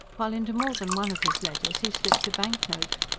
while into more than one of his letters he slipped a banknote.